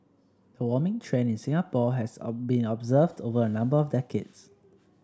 the warming trend in Singapore has of been observed over a number of decades